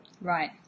Right